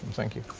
thank you.